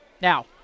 Now